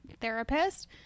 therapist